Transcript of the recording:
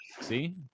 see